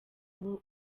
uba